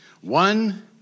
One